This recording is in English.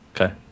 Okay